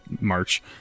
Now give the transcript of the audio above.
march